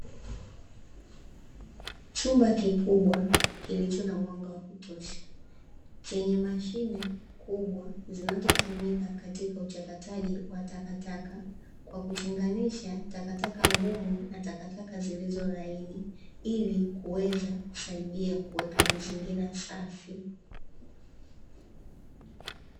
Chumba kikubwa kilicho na mwanga wa kutosha chenye mashine kubwa zinazotumika katika uchakataji wa takataka kwa kutenganisha takataka ngumu na takataka zilizo laini ili kuweza kusaidia kuweka mazingira safi.